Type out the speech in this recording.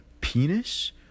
penis